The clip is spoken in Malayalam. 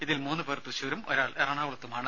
ഇതിൽ മൂന്ന് പേർ തൃശൂരും ഒരാൾ എറണാകുളത്തുമാണ്